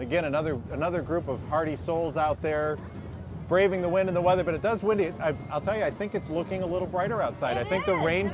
again another another group of hearty souls out there braving the wind in the weather but it does when it i'll tell you i think it's looking a little brighter outside i think the rain